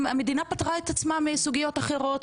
המדינה פתרה את עצמה מסוגיות אחרות,